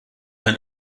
ein